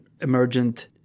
emergent